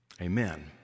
Amen